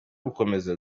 bukomeje